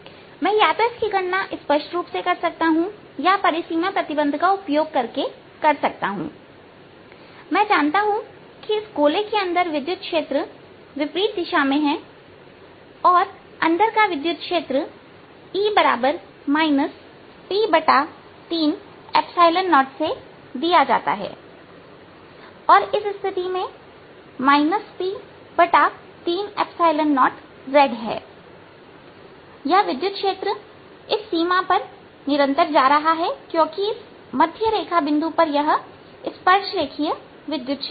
मैं या तो इसकी गणना स्पष्ट रूप से कर सकता हूं या परिसीमा प्रतिबंध का उपयोग करके कर सकता हूं मैं जानता हूं कि इस गोले के अंदर विद्युत क्षेत्र विपरीत दिशा में है और अंदर का विद्युत क्षेत्र E P30से दिया जाता है और इस स्थिति में P30z है और यह विद्युत क्षेत्र इस सीमा पर सतत जा रहा है क्योंकि इस मध्य रेखा बिंदु पर यह स्पर्श रेखीय विद्युत क्षेत्र है